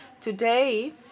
Today